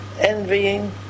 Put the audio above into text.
envying